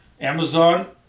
Amazon